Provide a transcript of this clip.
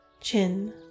chin